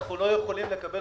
אנחנו לא יכולים לקבל